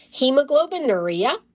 hemoglobinuria